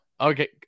okay